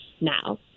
now